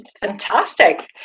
Fantastic